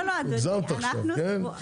אדוני,